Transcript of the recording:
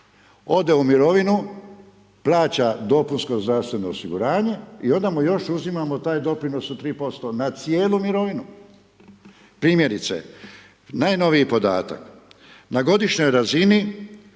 ode u mirovinu, plaća dopunsko zdravstveno osiguranje i onda mu još uzimamo doprinos od 3% na cijelu mirovinu. Primjerice, najnoviji podatak, na godišnjoj razini